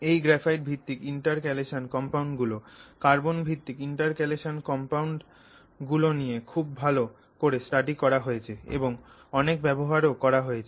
এই গ্রাফাইট ভিত্তিক intercalation compound carbon ভিত্তিক ইন্টারকালেশন কম্পাউন্ড গুলো নিয়ে খুব ভালো করে স্টাডি করা হয়েছে এবং অনেক ব্যবহারও করা হয়েছে